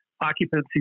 occupancy